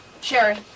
Sherry